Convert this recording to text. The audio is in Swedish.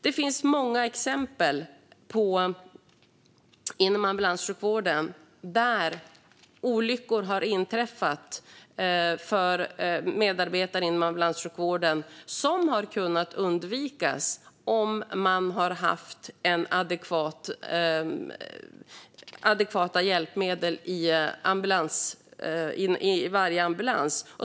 Det finns många exempel inom ambulanssjukvården på olyckor som har inträffat för medarbetare inom ambulanssjukvården, vilka hade kunnat undvikas om det hade funnits adekvata hjälpmedel i varje ambulans.